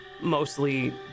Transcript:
mostly